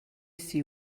see